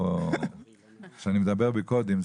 כשאני מדבר בקודים,